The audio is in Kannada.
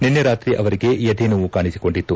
ನಿನ್ನೆ ರಾತ್ರಿ ಅವರಿಗೆ ಎದೆನೋವು ಕಾಣಿಸಿಕೊಂಡಿತ್ತು